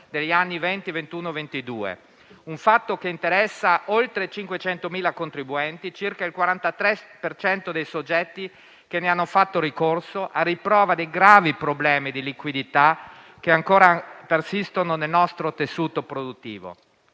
degli anni 2020-2021-2022, un fatto che interessa oltre 500.000 contribuenti, circa il 43 per cento dei soggetti che ne hanno fatto ricorso, a riprova dei gravi problemi di liquidità che ancora persistono nel nostro tessuto produttivo.